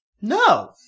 No